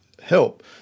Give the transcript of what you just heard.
help